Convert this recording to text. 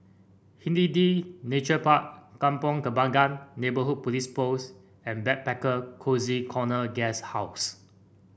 Nature Park Kampong Kembangan Neighbourhood Police Post and Backpacker Cozy Corner Guesthouse